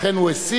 לכן הוא הסיר,